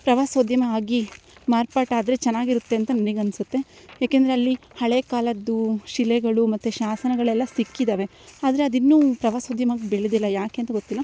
ಪ್ರವಾಸೋದ್ಯಮ ಆಗಿ ಮಾರ್ಪಾಟಾದ್ರೆ ಚೆನ್ನಾಗಿರುತ್ತೆ ಅಂತ ನನಗೆ ಅನ್ಸುತ್ತೆ ಏಕೆಂದರೆ ಅಲ್ಲಿ ಹಳೆಕಾಲದ್ದು ಶಿಲೆಗಳು ಮತ್ತು ಶಾಸನಗಳೆಲ್ಲ ಸಿಕ್ಕಿದ್ದಾವೆ ಆದರೆ ಅದಿನ್ನೂ ಪ್ರವಾಸೋದ್ಯಮಾಗಿ ಬೆಳೆದಿಲ್ಲ ಯಾಕೆ ಅಂತ ಗೊತ್ತಿಲ್ಲ